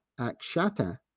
Akshata